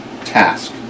task